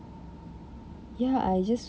ya I just